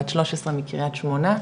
בת 13 מקרית שמונה,